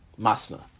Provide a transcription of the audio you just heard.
Masna